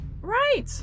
right